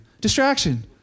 Distraction